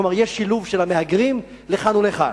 כלומר, יש שילוב של המהגרים לכאן ולכאן.